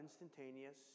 instantaneous